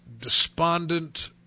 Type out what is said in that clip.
despondent